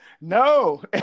No